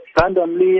randomly